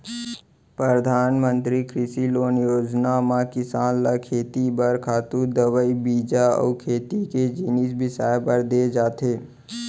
परधानमंतरी कृषि लोन योजना म किसान ल खेती बर खातू, दवई, बीजा अउ खेती के जिनिस बिसाए बर दे जाथे